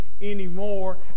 anymore